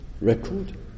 record